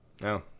No